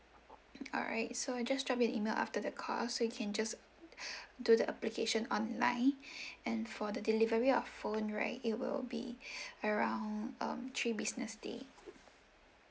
alright so I'll just drop you an email after the call so you can just do the application online and for the delivery of phone right it will be around um three business day